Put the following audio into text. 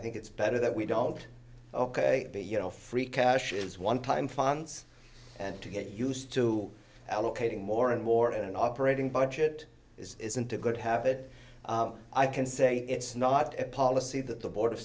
think it's better that we don't ok but you know free cash is one time funds and to get used to allocating more and more in an operating budget isn't a good habit i can say it's not a policy that the board